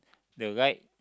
the right